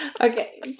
Okay